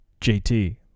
JT